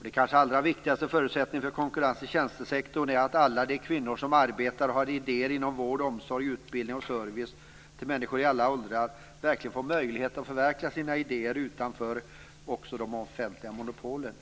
Den kanske allra viktigaste förutsättningen för konkurrens i tjänstesektorn är att alla de kvinnor som arbetar och har idéer inom vård, omsorg, utbildning och service till människor i alla åldrar verkligen får möjlighet att förverkliga sina idéer också utanför de offentliga monopolen.